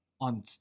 On